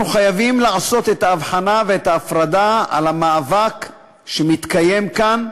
אנחנו חייבים לעשות את ההבחנה ואת ההפרדה על המאבק שמתקיים כאן,